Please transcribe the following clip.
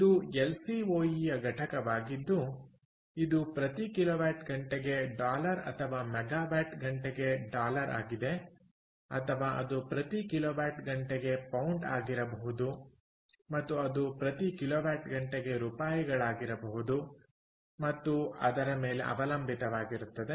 ಇದು L C O E ಯ ಘಟಕವಾಗಿದ್ದು ಇದು ಪ್ರತಿ ಕಿಲೋವ್ಯಾಟ್ ಗಂಟೆಗೆ ಡಾಲರ್ ಅಥವಾ ಮೆಗಾವ್ಯಾಟ್ ಗಂಟೆಗೆ ಡಾಲರ್ ಆಗಿದೆ ಅಥವಾ ಅದು ಪ್ರತಿ ಕಿಲೋವ್ಯಾಟ್ ಗಂಟೆಗೆ ಪೌಂಡ್ ಆಗಿರಬಹುದು ಮತ್ತು ಅದು ಪ್ರತಿ ಕಿಲೋವ್ಯಾಟ್ ಗಂಟೆಗೆ ರೂಪಾಯಿಗಳಾಗಿರಬಹುದು ಮತ್ತು ಅದರ ಮೇಲೆ ಅವಲಂಬಿತವಾಗಿರುತ್ತದೆ